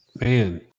man